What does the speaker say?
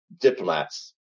diplomats